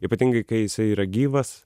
ypatingai kai yra gyvas